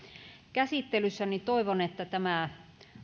käsittelyssä niin toivon että tämä